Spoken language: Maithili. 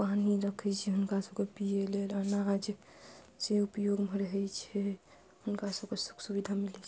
पानि रखै छै हुनका सबके पीए लेल अनाज से उपयोगमे रहै छै हुनका सबके सुख सुविधा मिलै छै